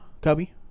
Cubby